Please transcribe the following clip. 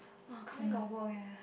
!wah! come in got work eh